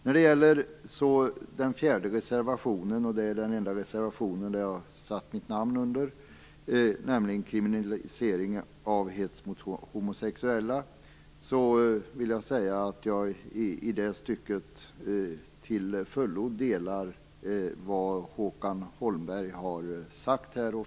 När det gäller den fjärde reservationen, och det är den enda reservation som jag har satt mitt namn under, nämligen kriminaliseringen av hets mot homosexuella vill jag säga att jag i det stycket till fullo delar vad Håkan Holmberg har sagt.